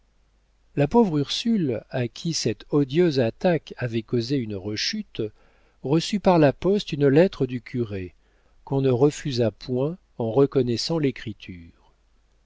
la pauvre ursule à qui cette odieuse attaque avait causé une rechute reçut par la poste une lettre du curé qu'on ne refusa point en reconnaissant l'écriture